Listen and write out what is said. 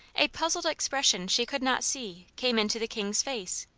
a puzzled expression she could not see came into the king's face.